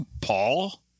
Paul